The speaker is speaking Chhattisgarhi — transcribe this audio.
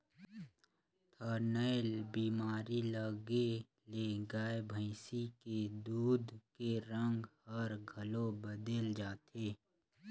थनैल बेमारी लगे ले गाय भइसी के दूद के रंग हर घलो बदेल जाथे